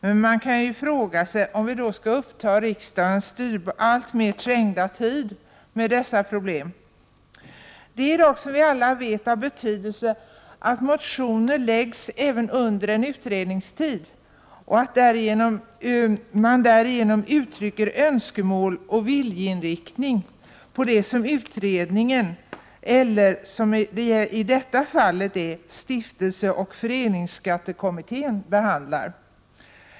Men man kan ju fråga sig om vi då skall uppta riksdagens alltmer trängda tid med dessa problem. Det är dock som vi alla vet av betydelse att motioner väcks även under en utredningstid och att man därigenom uttrycker önskemål och viljeinriktning på det som utredningen, eller i detta fall Stiftelseoch föreningsskattekommittén, behandlar.